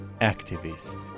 activist